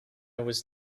was